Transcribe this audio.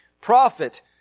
prophet